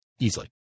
easily